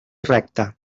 recte